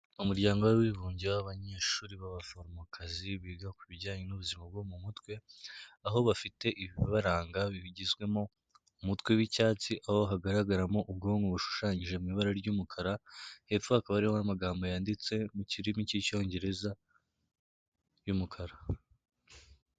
Umuryango w'abibumbye w'abanyeshuri b'abaforomokazi, biga ku bijyanye n'ubuzima bwo mu mutwe, aho bafite ibibaranga bigizwemo umutwe w'icyatsi, aho hagaragaramo ubwonko bushushanyije mu ibara ry'umukara, hepfo hakaba hariho amagambo yanditse mu kirimi cy'Icyongereza y'umukara.